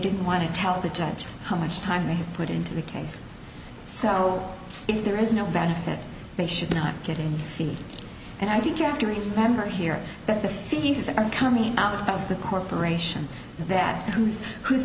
didn't want to tell the judge how much time me put into the case so if there is no benefit they should not getting paid and i think you have to remember here that the fees are coming out of the corporations that whose whose